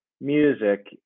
music